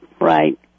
Right